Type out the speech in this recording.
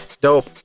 Dope